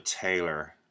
Taylor